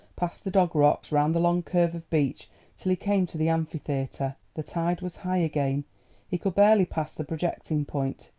past the dog rocks, round the long curve of beach till he came to the amphitheatre. the tide was high again he could barely pass the projecting point.